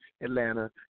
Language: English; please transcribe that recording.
Atlanta